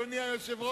אדוני היושב-ראש,